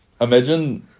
Imagine